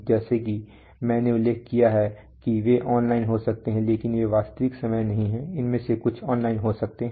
जैसा कि मैंने उल्लेख किया है कि वे ऑनलाइन हो सकते हैं लेकिन वे वास्तविक समय नहीं हैं उनमें से कुछ ऑनलाइन हो सकते हैं